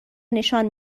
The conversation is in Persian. نشان